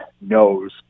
knows